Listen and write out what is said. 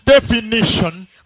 definition